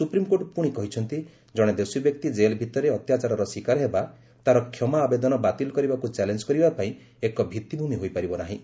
supreme court ପୁଣି କହିଛନ୍ତି ଜଣେ ଦୋଷୀ ବ୍ୟକ୍ତି ଜେଲ୍ ଭିତରେ ଅତ୍ୟାଚାରର ଶିକାର ହେବା' ତା'ର କ୍ଷମା ଆବେଦନ ବାତିଲ କରିବାକୁ ଚାଲେଞ୍ଜ କରିବା ପାଇଁ ଏକ ଭିଭିଭ୍ରମି ହୋଇପାରିବ ନାହିଁ